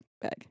bag